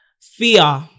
fear